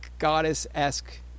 goddess-esque